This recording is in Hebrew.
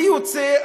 אני יוצא,